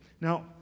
Now